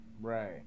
Right